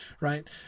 right